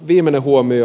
viimeinen huomio